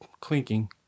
clinking